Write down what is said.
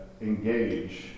engage